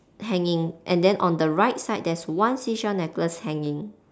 hanging and then on the right side there is one seashell necklace hanging